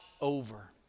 over